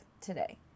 today